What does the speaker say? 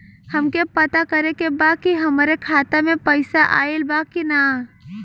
हमके पता करे के बा कि हमरे खाता में पैसा ऑइल बा कि ना?